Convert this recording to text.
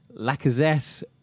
Lacazette